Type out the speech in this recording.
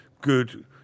Good